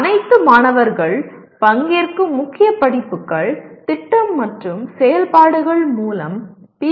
அனைத்து மாணவர்கள் பங்கேற்கும் முக்கிய படிப்புகள் திட்டம் மற்றும் செயல்பாடுகள் மூலம் பி